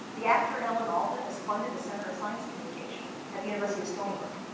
the actor, alan alda, has funded a center of science communication at the university of stony brook.